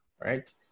right